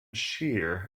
shear